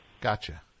Gotcha